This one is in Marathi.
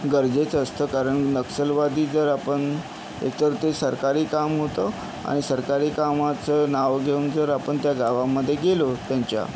गरजेचं असत कारण नक्षलवादी जर आपण एकतर ते सरकारी काम होतं आणि सरकारी कामाचं नाव घेऊन जर आपण त्या गावामध्ये गेलो त्यांच्या